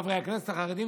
חברי הכנסת החרדים,